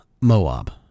Moab